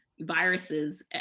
viruses